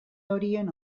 horien